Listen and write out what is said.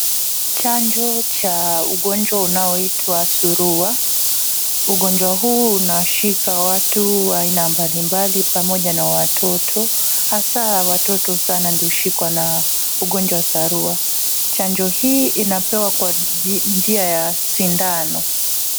Chanjo cha ugonjwa unaoitwa surua. Ugonjwa huu unashika watu wa aina mbalimbali pamoja na watoto. Hasa watoto sana ndio hushikwa na ugonjwa wa sarua. Chanjo hii inapewa kwa njia ya sindano.